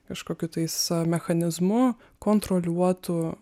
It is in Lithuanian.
kažkokiu tais mechanizmu kontroliuotų